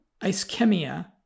ischemia